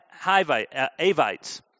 Avites